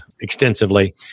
extensively